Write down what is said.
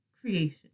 creation